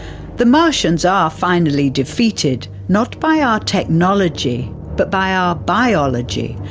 the martians are finally defeated, not by our technology but by our biology.